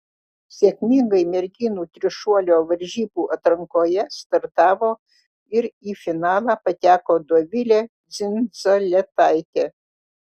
sėkmingai merginų trišuolio varžybų atrankoje startavo ir į finalą pateko dovilė dzindzaletaitė